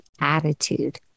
attitude